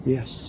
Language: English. Yes